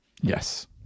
Yes